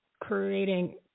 creating